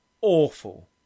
awful